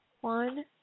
one